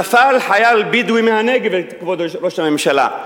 נפל חייל בדואי מהנגב, כבוד ראש הממשלה.